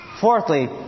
Fourthly